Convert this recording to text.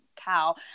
cow